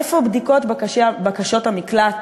איפה בדיקות בקשות המקלט